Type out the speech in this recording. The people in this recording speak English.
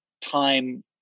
time